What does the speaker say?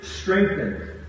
strengthened